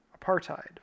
apartheid